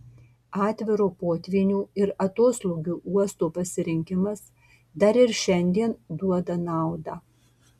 atviro potvynių ir atoslūgių uosto pasirinkimas dar ir šiandien duoda naudą